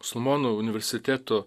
musulmonų universitetu